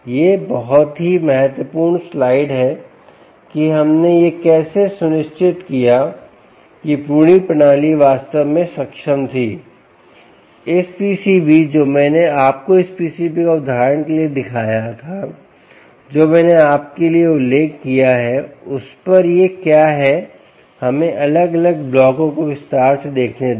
यह एक बहुत ही महत्वपूर्ण स्लाइड है कि हमने यह कैसे सुनिश्चित किया कि पूरी प्रणाली वास्तव में सक्षम थी इस PCB जो मैंने आपको इस PCB को उदाहरण के लिए दिखाया था जो मैंने आपके लिए उल्लेख किया है उस पर यह क्या है हमें अलग अलग ब्लॉकों को विस्तार से देखने दें